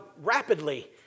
rapidly